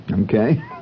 okay